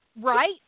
Right